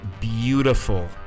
beautiful